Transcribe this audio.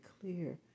clear